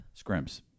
Scrimps